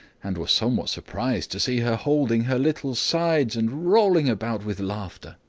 and were somewhat surprised to see her holding her little sides, and rolling about with laughter.